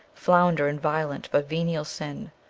flounder in violent but venial sin,